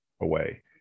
away